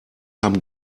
haben